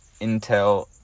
intel